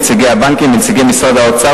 נציגי הבנקים ונציגי משרד האוצר,